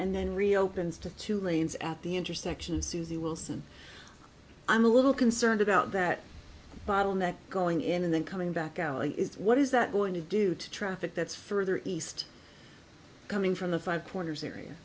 and then reopens to two lanes at the intersection susie wilson i'm a little concerned about that bottleneck going in and then coming back alley is what is that going to do to traffic that's further east coming from the five corners area